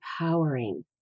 empowering